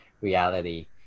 reality